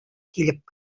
килеп